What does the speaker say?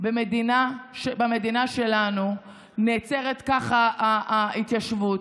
במדינה שלנו נעצרת ככה ההתיישבות.